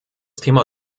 thema